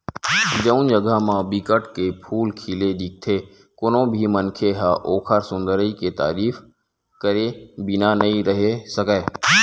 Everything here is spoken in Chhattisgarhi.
जउन जघा म बिकट के फूल खिले दिखथे कोनो भी मनखे ह ओखर सुंदरई के तारीफ करे बिना नइ रहें सकय